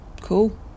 Cool